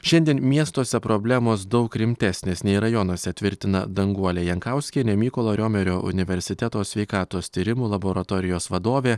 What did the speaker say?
šiandien miestuose problemos daug rimtesnės nei rajonuose tvirtina danguolė jankauskienė mykolo riomerio universiteto sveikatos tyrimų laboratorijos vadovė